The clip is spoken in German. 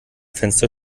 fenster